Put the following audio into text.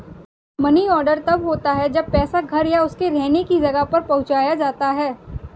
money order तब होता है जब पैसा घर या उसके रहने की जगह पर पहुंचाया जाता है